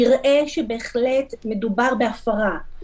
יראה שבהחלט מדובר בהפרה.